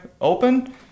open